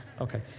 okay